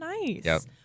nice